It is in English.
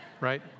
right